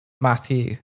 Matthew